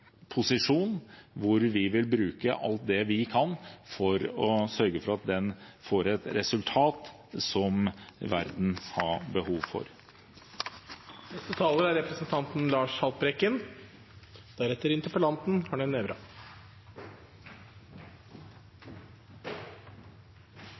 posisjon hvor vi vil bruke alt vi kan for å sørge for at den får et resultat som verden har behov